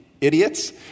Idiots